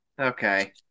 Okay